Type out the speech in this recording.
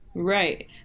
right